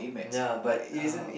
ya but uh